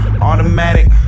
Automatic